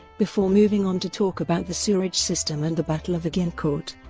before moving on to talk about the sewerage system and the battle of agincourt.